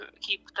keep